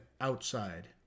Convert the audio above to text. outside